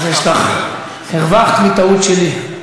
הרווחת מטעות שלי.